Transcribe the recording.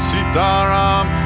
Sitaram